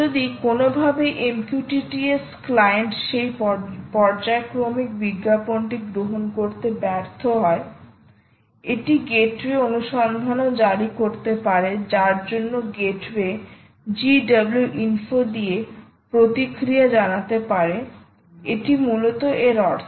যদি কোনওভাবে MQTT S client সেই পর্যায়ক্রমিক বিজ্ঞাপনটি গ্রহণ করতে ব্যর্থ হয় এটি গেটওয়ে অনুসন্ধানও জারি করতে পারে যার জন্য গেটওয়ে GWINFO দিয়ে প্রতিক্রিয়া জানাতে পারে এটিই মূলত এর অর্থ